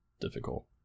difficult